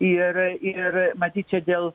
ir ir matyt čia dėl